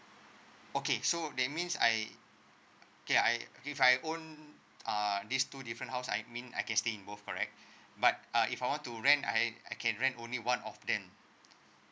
okay so that means I okay I if I own uh these two different house I mean I can stay in both correct but uh if I want to rent I I can rent only one of them